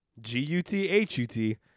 G-U-T-H-U-T